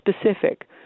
specific